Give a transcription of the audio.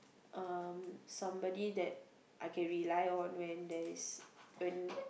uh somebody that I can rely on when there is when